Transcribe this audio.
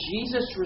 Jesus